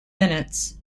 minutes